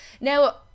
Now